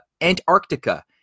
Antarctica